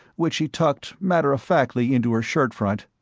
which she tucked matter-of-factly into her shirt-front,